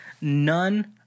None